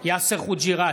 יאסר חוג'יראת,